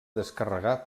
descarregar